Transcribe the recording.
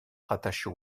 rattachée